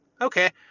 Okay